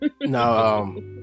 No